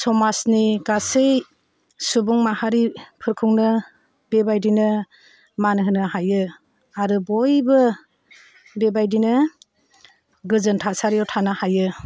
समाजनि गासै सुबुं माहारि फोरखौनो बेबादिनो मान होनो हायो आरो बयबो बेबादिनो गोजोन थासारियाव थानो हायो